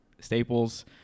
Staples